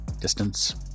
distance